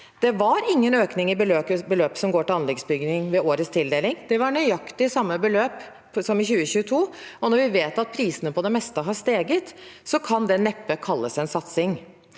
det var ingen økning i beløpet som går til anleggsbygging ved årets tildeling, det var nøyaktig samme beløp som i 2022. Når vi vet at prisene på det meste har steget, kan det neppe kalles en satsing.